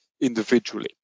individually